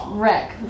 Wreck